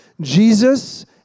Jesus